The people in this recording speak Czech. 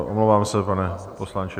Omlouvám se, pane poslanče.